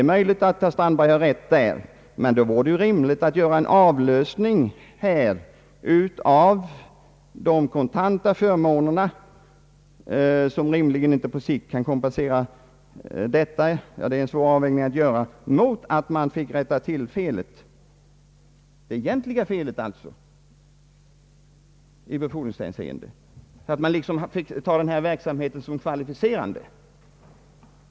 Rimligt vore ju då att angripa den punkten, att få så att säga en avlösning av de här påtalade förmånerna mot ett annorlunda förhållande i befordringshänseende. Orimligt vore väl inte krav på räknande av riksdagsår som kvalificerande i tjänsten.